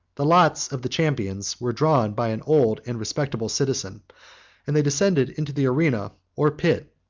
the lots of the champions were drawn by an old and respectable citizen and they descended into the arena, or pit,